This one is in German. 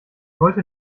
wollte